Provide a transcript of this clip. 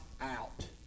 out